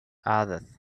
others